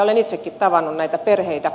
olen itsekin tavannut näitä perheitä